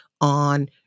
on